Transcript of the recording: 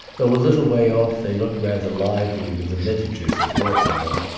though a little way off they looked rather lively with the vintagers at work in them.